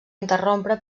interrompre